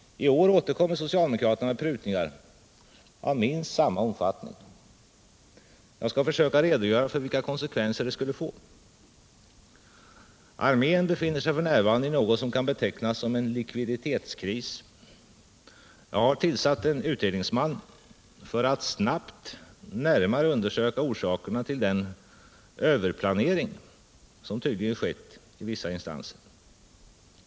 I år återkommer socialdemokraterna med prutningskrav av minst samma omfattning. Jag skall försöka redogöra för vilka konsekvenser det skulle Armén befinner sig f. n. i något som kan betecknas som en likviditetskris. Jag har tillsatt en utredningsman för att snabbt närmare undersöka orsakerna till den ”överplanering” som tydligen skett i vissa instanser.